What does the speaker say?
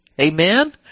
amen